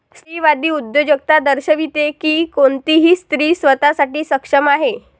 स्त्रीवादी उद्योजकता दर्शविते की कोणतीही स्त्री स्वतः साठी सक्षम आहे